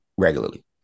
Regularly